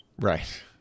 Right